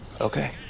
Okay